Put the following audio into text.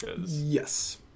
Yes